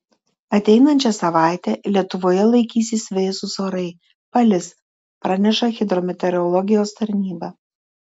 ateinančią savaitę lietuvoje laikysis vėsūs orai palis praneša hidrometeorologijos tarnyba